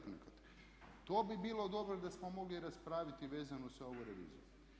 To bi bilo dobro da smo mogli raspraviti vezano za ovu reviziju.